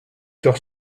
sœurs